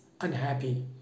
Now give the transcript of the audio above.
unhappy